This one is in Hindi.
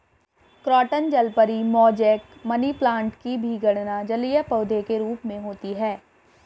क्रोटन जलपरी, मोजैक, मनीप्लांट की भी गणना जलीय पौधे के रूप में होती है